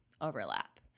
overlap